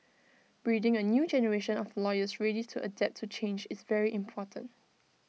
breeding A new generation of lawyers ready to adapt to change is very important